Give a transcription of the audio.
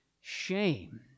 shame